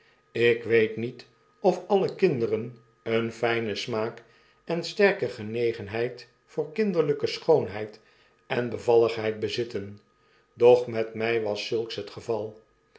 ik weet niet of alle kinderen een fljnen smaak en sterke genegenheid voor kinderlijke schoonheid en bevalligheid bezitten doch met mij was zulks het geval